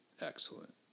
excellent